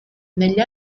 negli